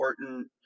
important